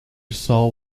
saw